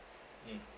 mm